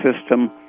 system